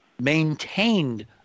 maintained